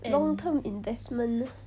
long term investment